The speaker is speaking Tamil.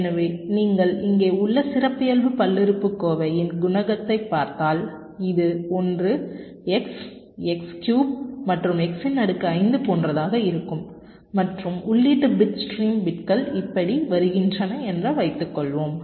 எனவே நீங்கள் இங்கே உள்ள சிறப்பியல்பு பல்லுறுப்புக்கோவையின் குணகத்தைப் பார்த்தால் இது 1 x x கியூப் மற்றும் x இன் அடுக்கு 5 போன்றதாக இருக்கும் மற்றும் உள்ளீட்டு பிட் ஸ்ட்ரீம் பிட்கள் இப்படி வருகின்றன என்று வைத்துக்கொள்வோம்